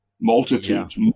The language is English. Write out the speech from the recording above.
Multitudes